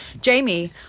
Jamie